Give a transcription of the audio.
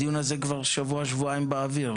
הדיון הזה כבר שבוע-שבועיים באוויר.